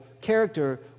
character